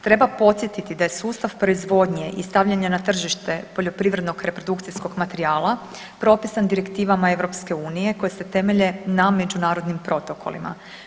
Treba podsjetiti da je sustav proizvodnje i stavljanja na tržište poljoprivrednog reprodukcijskog materijala propisan direktivama EU koje se temelje na međunarodnim protokolima.